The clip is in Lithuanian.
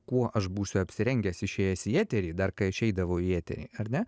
kuo aš būsiu apsirengęs išėjęs į eterį dar kai aš eidavau į eterį ar ne